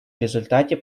результате